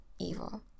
evil